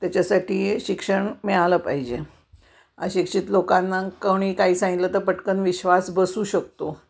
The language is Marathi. त्याच्यासाठी शिक्षण मिळालं पाहिजे अशिक्षित लोकांना कोणी काही सांगितलं तर पटकन विश्वास बसू शकतो